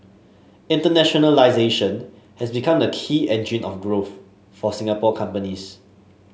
internationalisation has become the key engine of growth for Singapore companies